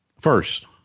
First